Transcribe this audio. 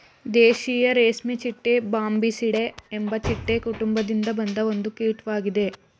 ದೇಶೀಯ ರೇಷ್ಮೆಚಿಟ್ಟೆ ಬಾಂಬಿಸಿಡೆ ಎಂಬ ಚಿಟ್ಟೆ ಕುಟುಂಬದಿಂದ ಬಂದ ಒಂದು ಕೀಟ್ವಾಗಿದೆ